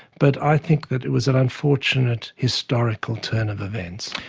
but i think that it was an unfortunate historical turn of events.